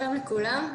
נכון?